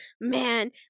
man